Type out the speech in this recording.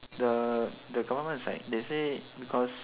the the government is like they say because